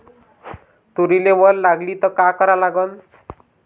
तुरीले वल लागली त का करा लागन?